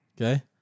Okay